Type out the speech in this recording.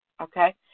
okay